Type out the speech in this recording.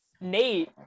Nate